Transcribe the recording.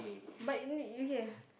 but in it okay